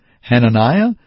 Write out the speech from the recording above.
Hananiah